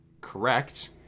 correct